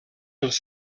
els